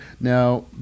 Now